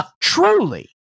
truly